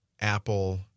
Apple